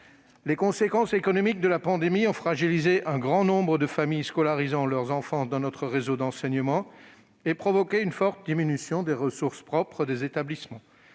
Les conséquences économiques de la pandémie ont fragilisé un grand nombre de familles scolarisant leurs enfants dans notre réseau d'enseignement et provoqué une forte diminution des ressources propres des établissements.